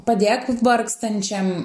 padėk vargstančiam